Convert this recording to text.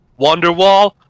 Wonderwall